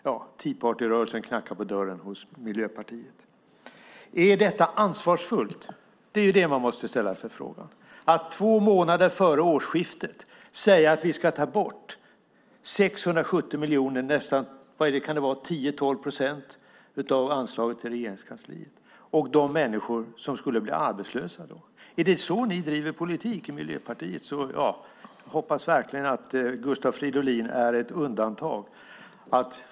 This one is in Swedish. Tea party-rörelsen knackar på dörren hos Miljöpartiet. Är detta ansvarsfullt? Det är den fråga man måste ställa sig. Två månader före årsskiftet säger ni att vi ska ta bort 670 miljoner - nästan 10-12 procent av anslaget till Regeringskansliet. Tänk på de människor som skulle bli arbetslösa då! Är det så ni driver politik i Miljöpartiet? Jag hoppas verkligen att Gustav Fridolin är ett undantag.